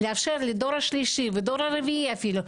לאפשר לדור השלישי ודור רביעי אפילו,